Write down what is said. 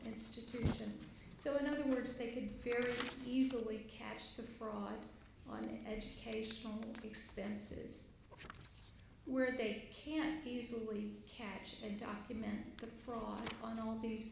institution so in other words they could very easily cash for our on education expenses where they can easily catch and document fraud on all of these